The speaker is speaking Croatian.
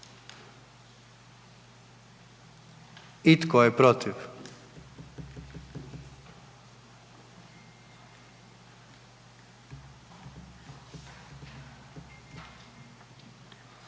I tko je protiv?